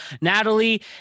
Natalie